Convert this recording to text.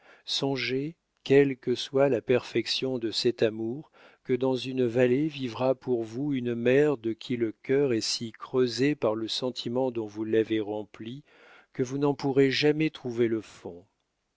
songez quelle que soit la perfection de cet amour que dans une vallée vivra pour vous une mère de qui le cœur est si creusé par le sentiment dont vous l'avez rempli que vous n'en pourrez jamais trouver le fond